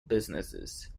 businesses